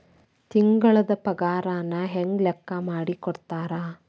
ತಿಂಗಳದ್ ಪಾಗಾರನ ಹೆಂಗ್ ಲೆಕ್ಕಾ ಮಾಡಿ ಕೊಡ್ತಾರಾ